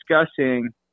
discussing